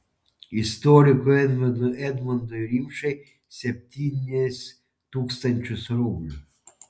istorikui edmundui rimšai septynis tūkstančius rublių